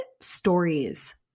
stories